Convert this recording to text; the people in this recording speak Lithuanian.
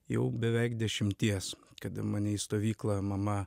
jau beveik dešimties kada mane į stovyklą mama